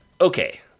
Okay